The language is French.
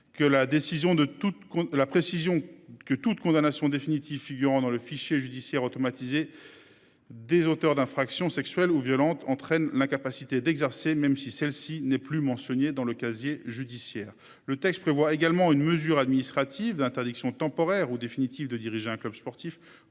toute la précision que toute condamnation définitive figurant dans le fichier judiciaire automatisé. Des auteurs d'infractions sexuelles ou violentes entraîne l'incapacité d'exercer, même si celle-ci n'est plus mentionnée dans le casier judiciaire. Le texte prévoit également une mesure administrative d'interdiction temporaire ou définitive de diriger un club sportif